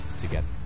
together